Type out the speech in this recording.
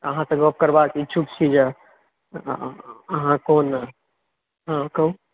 अहाँ से गप करबाक इच्छुक छी जँ अहाँ कोन हँ कहू